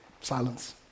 silence